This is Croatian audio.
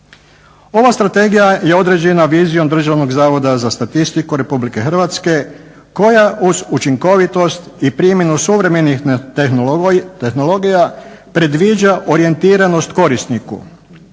Ova Strategija je određena vizijom Državnog zavoda za statistiku Republike Hrvatske koja uz učinkovitost i primjenu suvremenih tehnologija predviđa orijentiranost korisniku.